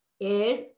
air